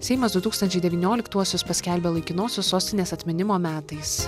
seimas du tūkstančiai devynioliktuosius paskelbė laikinosios sostinės atminimo metais